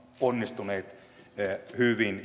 onnistuneet hyvin